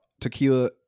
tequila